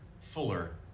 fuller